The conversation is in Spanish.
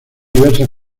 diversas